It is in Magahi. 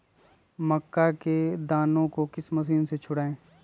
मक्का के दानो को किस मशीन से छुड़ाए?